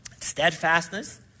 Steadfastness